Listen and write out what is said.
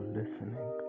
listening